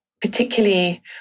particularly